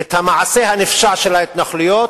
את המעשה הנפשע של ההתנחלויות,